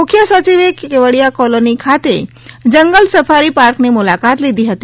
મુખ્ય સચિવે કેવડીયા કોલોની ખાતે જંગલ સફારી પાર્કની મુલાકાત લીધી હતી